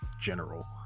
general